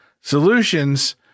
Solutions